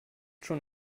schon